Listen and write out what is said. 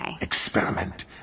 Experiment